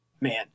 Man